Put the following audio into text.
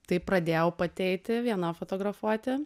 tai pradėjau pati eiti viena fotografuoti